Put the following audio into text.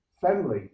family